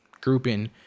grouping